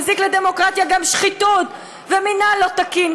מזיקים לדמוקרטיה גם שחיתות ומינהל לא תקין.